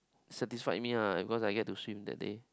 satisfied me lah because I get to swim that day